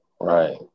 Right